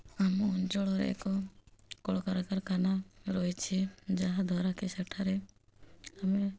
ଆମ ଅଞ୍ଚଳରେ ଏକ କଳକାରଖାନା ରହିଛି ଯାହା ଦ୍ୱାରାକି ସେଠାରେ ଆମେ